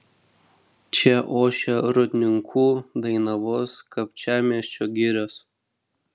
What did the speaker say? čia ošia rūdninkų dainavos kapčiamiesčio girios